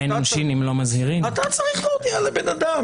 אתה צריך להודיע לבן אדם.